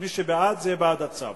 מי שבעד, זה יהיה בעד הצו.